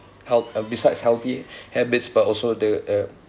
health uh besides healthy habits but also the the